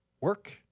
work